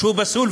שהוא פסול,